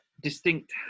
distinct